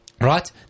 Right